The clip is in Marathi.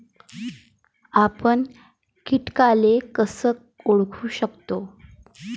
आपन कीटकाले कस ओळखू शकतो?